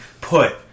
put